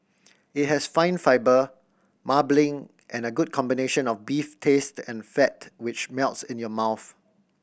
it has fine fibre marbling and a good combination of beef taste and fat which melts in your mouth